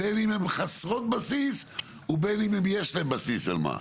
בין אם הן חסרות בסיס ובין אם יש להן בסיס על מה.